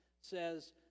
says